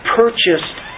purchased